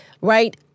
right